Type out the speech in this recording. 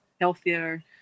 healthier